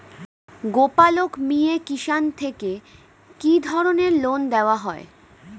গোপালক মিয়ে কিষান থেকে কি ধরনের লোন দেওয়া হয়?